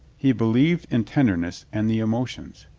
he believed in tenderness and the emo tions.